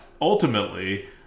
ultimately